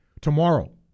Tomorrow